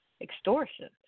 extortion